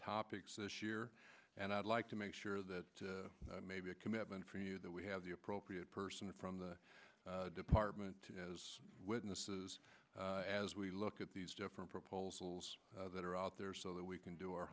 topics this year and i'd like to make sure that may be a commitment from you that we have the appropriate person from the department as witnesses as we look at these different proposals that are out there so that we can do our